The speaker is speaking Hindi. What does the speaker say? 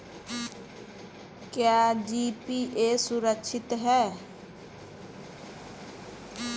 क्या जी.पी.ए सुरक्षित है?